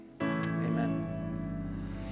amen